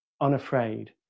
unafraid